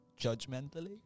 Judgmentally